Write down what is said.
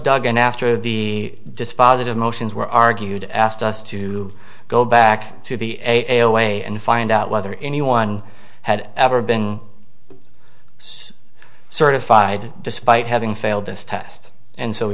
duggan after the dispositive motions were argued asked us to go back to the way and find out whether anyone had ever been certified despite having failed this test and so we